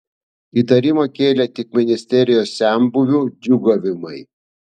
įtarimą kėlė tik ministerijos senbuvių džiūgavimai